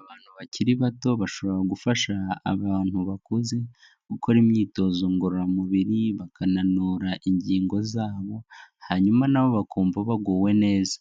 Abantu bakiri bato bashobora gufasha abantu bakuze, gukora imyitozo ngororamubiri bakananura ingingo zabo, hanyuma na bo bakumva baguwe neza.